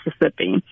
Mississippi